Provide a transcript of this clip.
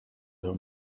her